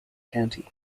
county